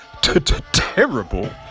Terrible